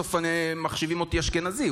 שסוף-סוף מחשיבים אותי לאשכנזי,